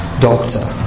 doctor